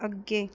ਅੱਗੇ